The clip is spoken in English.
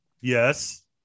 Yes